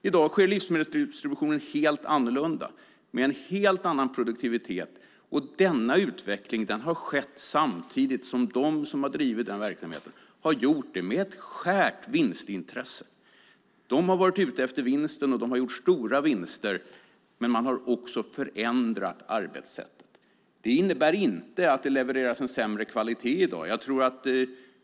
I dag sker livsmedelsdistributionen helt annorlunda med en helt annan produktivitet. Utvecklingen har skett samtidigt som de som har drivit verksamheten haft ett uttalat vinstintresse. De har varit ute efter vinst och gjort stora vinster, men arbetssättet har också förändrats. Det innebär inte att det levereras en sämre kvalitet i dag.